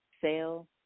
sale